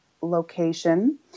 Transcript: location